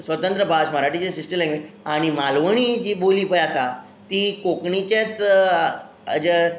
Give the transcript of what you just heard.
स्वतंत्र भास मराठीची सिस्टर लँग्वेज आनी मालवणी जी बोली पळय आसा ती कोंकणीचेंच हाज्या खाला